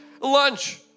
lunch